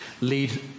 lead